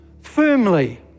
firmly